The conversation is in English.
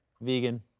Vegan